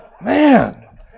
Man